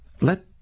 Let